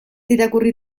irakurri